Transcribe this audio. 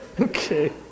Okay